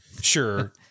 sure